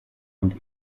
und